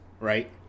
right